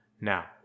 Now